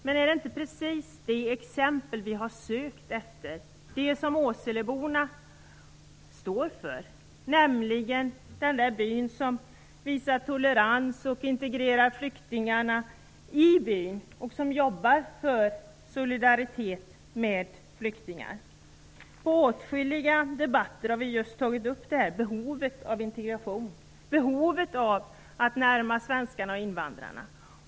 Men är inte det som Åseleborna står för just ett sådant exempel som vi har sökt efter? Här har vi en by där man visar tolerans, integrerar flyktingar och jobbar för solidaritet med flyktingar. Vi har i åtskilliga debatter tagit upp detta behov av integration, behovet av att närma svenskarna och invandrarna till varandra.